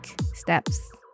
steps